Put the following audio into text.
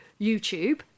YouTube